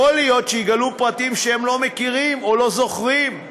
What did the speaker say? יכול להיות שיגלו פרטים שהם לא מכירים או לא זוכרים,